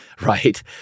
Right